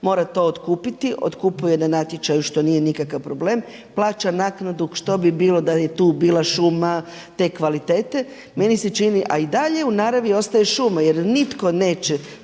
mora to otkupiti, otkupuje na natječaju što nije nikakav problem, plaća naknadu što bi bilo da je tu bila šuma te kvalitete. Meni se čini a i dalje u naravi ostaje šuma jer nitko neće